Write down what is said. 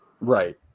Right